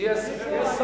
למה אין שר?